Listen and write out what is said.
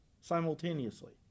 simultaneously